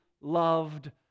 loved